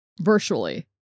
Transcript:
virtually